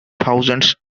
thousands